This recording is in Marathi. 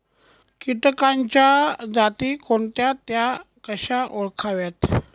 किटकांच्या जाती कोणत्या? त्या कशा ओळखाव्यात?